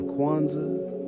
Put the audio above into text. Kwanzaa